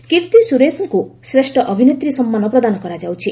କୀର୍ତ୍ତି ସୁରେଶଙ୍କୁ ଶ୍ରେଷ୍ଠ ଅଭିନେତ୍ରୀ ସମ୍ମାନ ପ୍ରଦାନ କରାଯାଉଛି